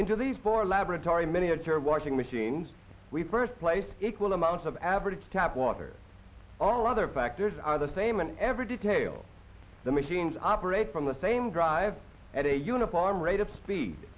into the for laboratory miniature washing machines we first place equal amounts of average tap water all other factors are the same in every detail the machines operate from the same drive at a uniform rate of speed